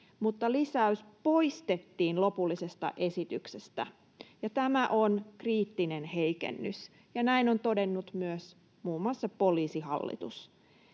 lisäys poistettiin lopullisesta esityksestä, ja tämä on kriittinen heikennys. Näin on todennut myös muun muassa Poliisihallitus.